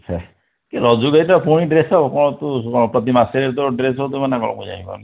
ହେ କି ରଜକୁ ଏଇନା ପୁଣି ଡ୍ରେସ୍ ହେବ କ'ଣ ତୁ କ'ଣ ପ୍ରତି ମାସରେ ତୋର ଡ୍ରେସ୍ ହେଉଥିବ ନା କ'ଣ ମୁଁ ଜାଣିପାରୁନି